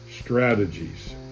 strategies